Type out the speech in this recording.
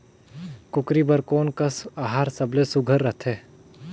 कूकरी बर कोन कस आहार सबले सुघ्घर रथे?